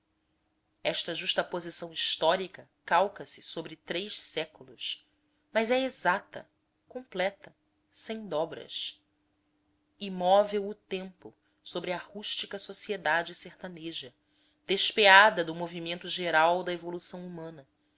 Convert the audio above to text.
crendeiras esta justaposição histórica calca se sobre três séculos mas é exata completa sem dobras imóvel o tempo sobre a rústica sociedade sertaneja despeada do movimento geral da evolução humana